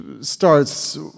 starts